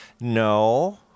No